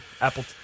Apple